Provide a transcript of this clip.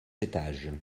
étages